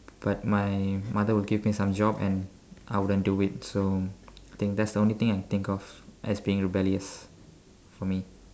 but my mother will give me some job and I wouldn't do it so think that's the only thing I can think of as being rebellious for me